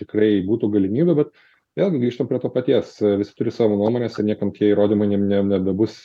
tikrai būtų galimybė bet vėlgi grįžtam prie to paties visi turi savo nuomones ir niekam tie įrodymai ne ne nebebus